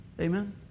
Amen